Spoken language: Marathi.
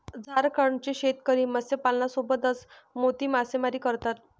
झारखंडचे शेतकरी मत्स्यपालनासोबतच मोती मासेमारी करतात